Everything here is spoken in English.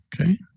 Okay